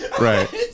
Right